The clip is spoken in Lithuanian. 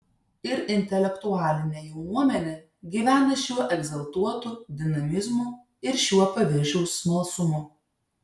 ir intelektualinė jaunuomenė gyvena šiuo egzaltuotu dinamizmu ir šiuo paviršiaus smalsumu